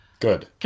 Good